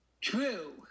True